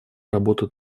работу